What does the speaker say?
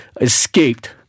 escaped